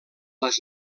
les